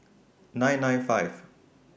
nine nine five